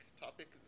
topic